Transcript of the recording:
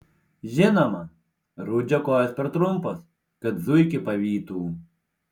žinoma rudžio kojos per trumpos kad zuikį pavytų